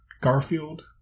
Garfield